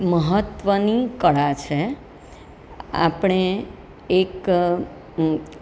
મહત્વની કળા છે આપણે એક